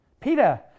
Peter